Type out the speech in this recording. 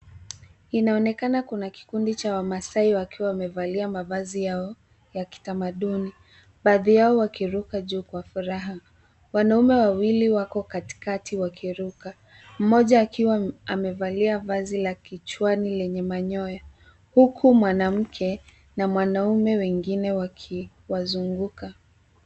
Inaoenekana kuna kikundi cha wamasai wakiwa wamevalia mavazi yao ya kitamaduni. Baadhi yao wakiruka juu kwa furaha. Wanaume wawili wako katikati wakiruka. Mmoja akiwa amevalia vazi la kichwani lenye manyoya, huku mwanamke na mwanaume wengine wakiwazunguka.